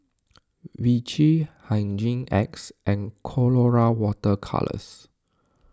Vichy Hygin X and Colora Water Colours